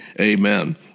amen